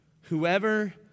Whoever